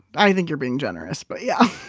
i think you're being generous, but yeah.